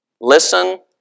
listen